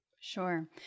Sure